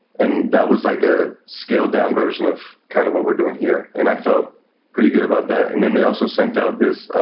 and that was, like, a scaled-down version of kind of what we're doing here. and i felt pretty good about that. and then they also sent out this